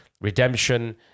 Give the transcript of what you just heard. Redemption